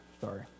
sorry